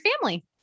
family